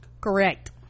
correct